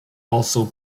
also